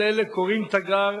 כל אלה קוראים תיגר